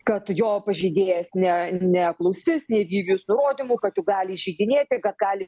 kad jo pažeidėjas ne neklausys neįvykdys nurodymų gali įžeidinėti kad gali